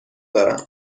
دارم